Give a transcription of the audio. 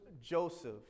Joseph